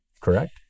correct